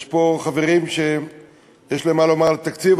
יש פה חברים שיש להם מה לומר על התקציב,